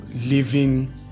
living